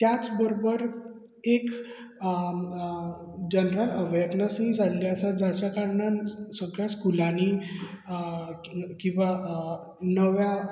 त्याच बरोबर एक जनर्रल अर्वनेंसूय सारखे जाल्ले आसा जाच्या कारणान सगळ्या स्कुलांनी किंवा नव्या